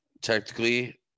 technically